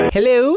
Hello